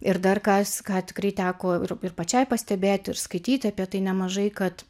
ir dar kas ką tikrai teko ir ir pačiai pastebėti ir skaityti apie tai nemažai kad